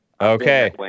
Okay